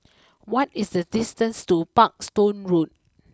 what is the distance to Parkstone Road